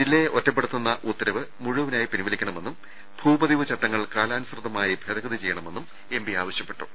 ജില്ലയെ ഒറ്റപ്പെടുത്തുന്ന ഉത്തരവ് മുഴുവനായി പിൻവലിക്കണമെന്നും ഭൂപതിവ് ചട്ടങ്ങൾ കാലാനുസൃതമായി ഭേദഗതി ചെയ്യണമെന്നും എം പി ആവശ്യപ്പെട്ടു